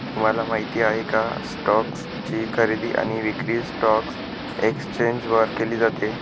तुम्हाला माहिती आहे का? स्टोक्स ची खरेदी आणि विक्री स्टॉक एक्सचेंज वर केली जाते